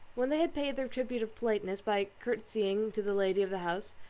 when they had paid their tribute of politeness by curtsying to the lady of the house,